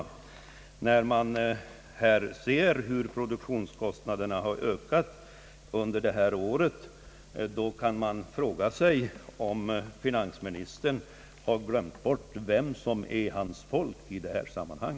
När man ser hur produktionskostnaderna har ökat under detta år kan man fråga sig om finansministern har glömt bort vilka som är hans folk i detta sammanhang.